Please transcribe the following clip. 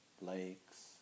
lakes